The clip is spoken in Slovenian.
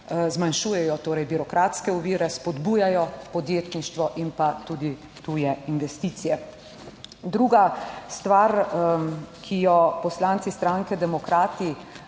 zmanjšujejo torej birokratske ovire, spodbujajo podjetništvo in pa tudi tuje investicije Druga stvar, ki jo poslanci stranke Demokrati